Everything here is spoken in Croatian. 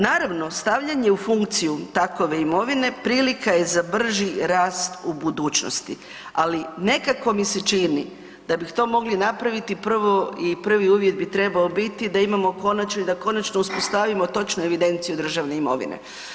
Naravno, stavljanje u funkciju takove imovine, prilika je za brži rast u budućnosti, ali nekako mi se čini da bi to mogli napraviti i prvi uvjet bi trebao biti da imamo konačno i da konačno uspostavimo točnu evidenciju državne imovine.